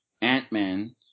ant-man